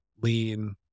lean